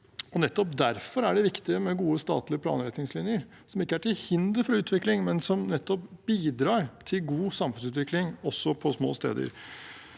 derfor er det viktig med gode statlige planretningslinjer, som ikke er til hinder for utvikling, men som bidrar til god samfunnsutvikling også på små steder.